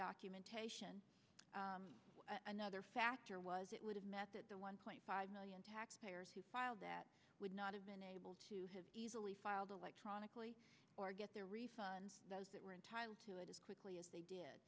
documentation another factor was it would have met the one point five million taxpayers who filed that would not have been able to have easily filed electronically or get their refunds that were entitled to it as quickly as they did